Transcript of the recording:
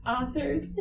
authors